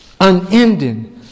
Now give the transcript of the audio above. unending